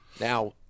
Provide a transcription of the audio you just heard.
now